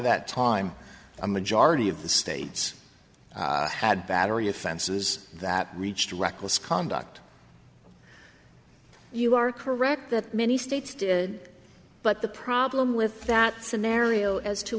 that time a majority of the states had battery offenses that reached reckless conduct you are correct that many states did but the problem with that scenario as to